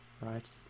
Right